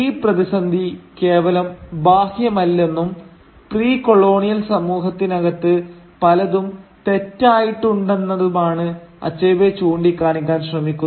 ഈ പ്രതിസന്ധി കേവലം ബാഹ്യമല്ലെന്നും പ്രീ കൊളോണിയൽ സമൂഹത്തിനകത്ത് പലതും തെറ്റായിട്ടുണ്ടെന്നതുമാണ് അച്ഛബേ ചൂണ്ടിക്കാണിക്കാൻ ശ്രമിക്കുന്നത്